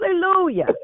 hallelujah